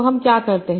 तोहम क्याकरते